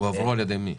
הועברו על ידי מי?